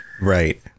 Right